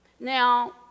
Now